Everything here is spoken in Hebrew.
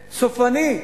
סופני.